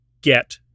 get